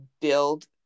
build